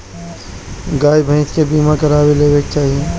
गाई भईसा के बीमा करवा लेवे के चाही